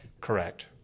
Correct